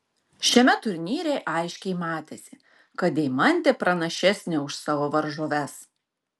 šiame turnyre aiškiai matėsi kad deimantė pranašesnė už savo varžoves